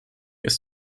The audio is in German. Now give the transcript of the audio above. ist